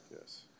Yes